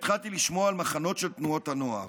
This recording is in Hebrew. התחלתי לשמוע על מחנות של תנועות הנוער.